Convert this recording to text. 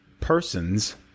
persons